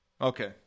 Okay